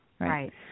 right